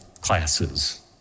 classes